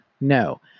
No